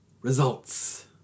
Results